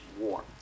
war